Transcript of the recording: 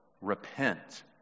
repent